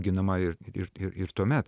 ginama ir ir ir ir tuomet